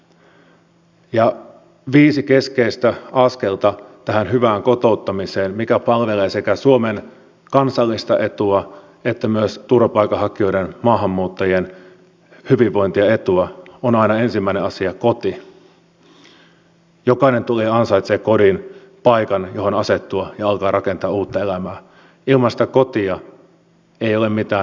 tämä on sellainen asia josta meidän tulee kantaa huolta myös tulevaisuudessa se on pohjaton kaivo tuo ict hankkeiden kaivo ja seurata näitä kustannuksia että ne eivät nyt ihan mahdottomiin sitten yltyisi tulevaisuudessa koska sote uudistus toi mukanaan sen että kaikkien hankkeiden pitää puhua keskenään